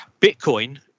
Bitcoin